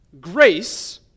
grace